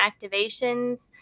activations